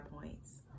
points